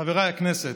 חברי הכנסת,